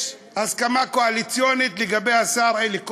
יש הסכמה קואליציונית לגבי השר אלי כהן,